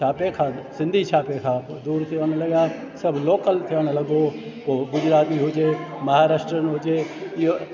छापे खां सिंधी छापे खां दूरि थियणु लॻा सभु लोकल थियण लॻो पोइ उहो गुजराती हुजे महारष्ट्रियन हुजे इहो